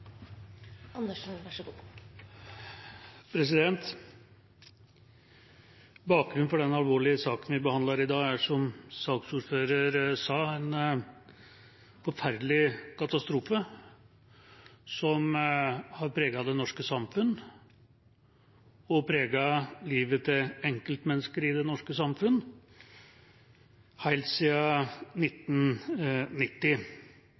er – som saksordføreren sa – en forferdelig katastrofe som har preget det norske samfunn, og preget livet til enkeltmennesker i det norske samfunn,